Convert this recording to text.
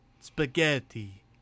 Spaghetti